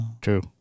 True